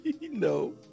No